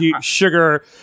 sugar